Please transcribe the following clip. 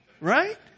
right